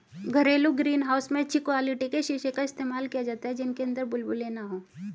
घरेलू greenhouse में अच्छी क्वालिटी के शीशे का इस्तेमाल किया जाता है जिनके अंदर बुलबुले ना हो